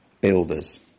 builders